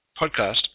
podcast